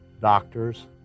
doctors